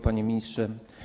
Panie Ministrze!